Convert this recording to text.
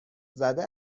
زده